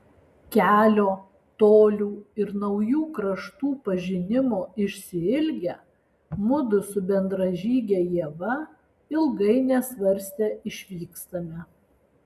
kelio tolių ir naujų kraštų pažinimo išsiilgę mudu su bendražyge ieva ilgai nesvarstę išvykstame